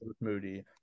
Moody